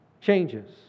changes